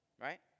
right